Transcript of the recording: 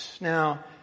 Now